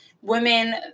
women